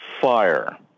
fire